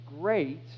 great